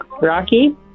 Rocky